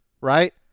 right